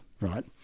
right